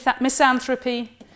misanthropy